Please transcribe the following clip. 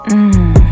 Mmm